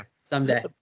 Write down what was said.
Someday